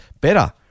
better